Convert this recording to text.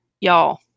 y'all